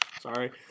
Sorry